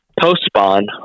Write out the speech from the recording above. post-spawn